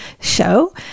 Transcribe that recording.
show